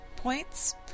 Points